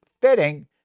fitting